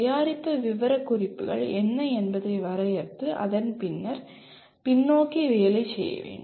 தயாரிப்பு விவரக்குறிப்புகள் என்ன என்பதை வரையறுத்து அதன்பின் பின்னோக்கி வேலை செய்ய வேண்டும்